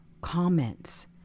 comments